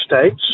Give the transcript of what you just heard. states